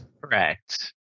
Correct